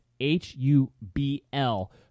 H-U-B-L